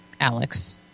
Alex